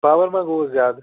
power ما گوٚوُس زیادٕ